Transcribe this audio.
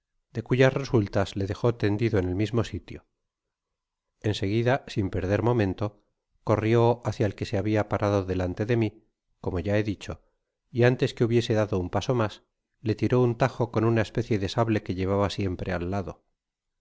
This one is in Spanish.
de cuyas resultas le dejó tendido en el mismo sitio en seguida sin perder momento corrio hácia el que se habia parado delante de mi como ya he dicho y antes que hubiese dado un paso mas le tiró un tajo con una especie de sable que llevaba siempre al lado